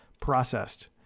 processed